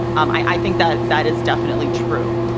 um i think that that is definitely true.